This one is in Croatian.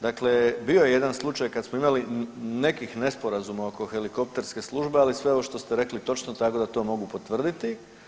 Dakle, bio je jedan slučaj kada smo imali nekih nesporazuma oko helikopterske službe, ali sve ovo što ste rekli je točno tako da to mogu potvrditi.